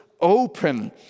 open